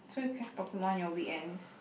so you catch pokemons your weekends